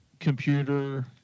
computer